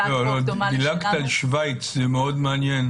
דילגת על שוויץ, זה מאוד מעניין.